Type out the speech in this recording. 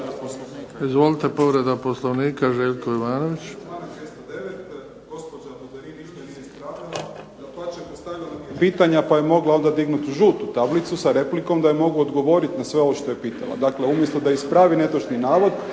dapače postavila mi je pitanja pa je onda mogla dignuti žutu tablicu sa replikom da joj mogu odgovoriti na sve ovo što je pitala. Dakle, umjesto da ispravi netočan navod